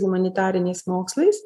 humanitariniais mokslais